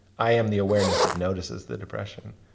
i am the awareness that notices the depression,